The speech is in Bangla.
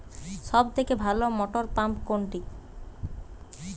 সবথেকে ভালো মটরপাম্প কোনটি?